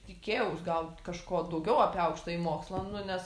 tikėjaus gal kažko daugiau apie aukštąjį mokslą nu nes